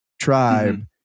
tribe